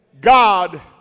God